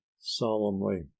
solemnly